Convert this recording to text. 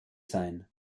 sein